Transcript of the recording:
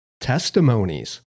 Testimonies